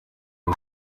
aho